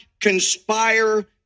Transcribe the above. conspire